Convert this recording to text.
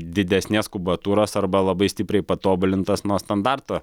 didesnės kubatūros arba labai stipriai patobulintas nuo standarto